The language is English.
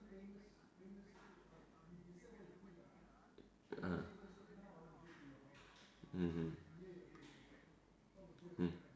ah mmhmm mm